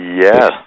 yes